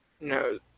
no